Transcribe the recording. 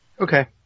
Okay